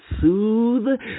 soothe